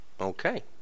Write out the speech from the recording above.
Okay